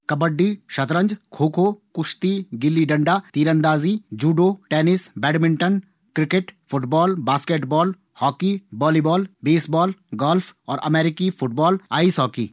कब्बड्डी, शतरंज, खो -खो, कुश्ती, गिल्ली डंडा, तिरंदाजी, judo, tennis, badminton, cricket, football, basketball, hockey, volleyball, baseball, golf अमेरिकी football, और आइस हॉकी।